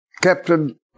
Captain